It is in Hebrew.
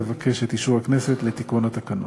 אבקש את אישור הכנסת לתיקון התקנון.